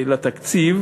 לתקציב,